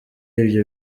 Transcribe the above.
ibyo